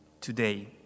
today